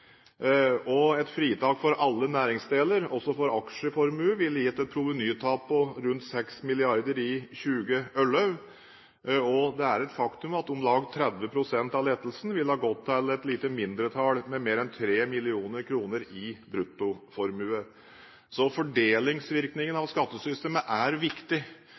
Et fritak for alle næringseiendeler, også for aksjeformue, ville gitt et provenytap på rundt 6 mrd. kr i 2011. Det er et faktum at om lag 30 pst. av lettelsen ville ha gått til et lite mindretall med mer enn 3 mill. kr i bruttoinntekt. Fordelingsvirkningen av skattesystemet er viktig